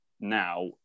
now